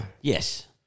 Yes